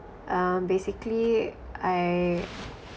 um basically I